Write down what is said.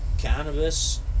cannabis